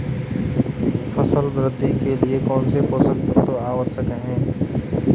फसल वृद्धि के लिए कौनसे पोषक तत्व आवश्यक हैं?